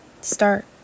start